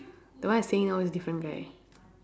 the one I saying now is different guy